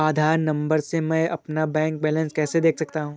आधार number से मैं अपना बैलेंस कैसे देख सकता हूँ?